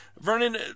Vernon